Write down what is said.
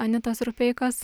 anitos rupeikos